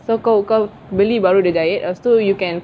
so kau kau beli pastu dia jahit pastu you can